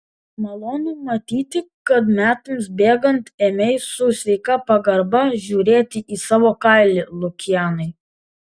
malonu matyti kad metams bėgant ėmei su sveika pagarba žiūrėti į savo kailį lukianai